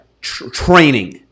training